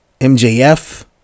MJF